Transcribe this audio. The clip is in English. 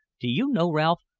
do you know, ralph,